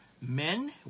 Men